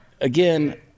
again